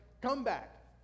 comeback